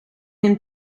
him